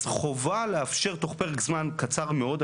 אז חובה לאפשר תוך פרק זמן קצר מאוד,